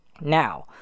now